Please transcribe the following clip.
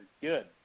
good